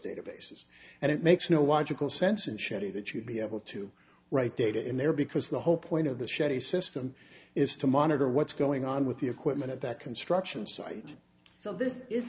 databases and it makes no watchable sense and shoddy that you'd be able to write data in there because the whole point of the shoddy system is to monitor what's going on with the equipment at that construction site so this is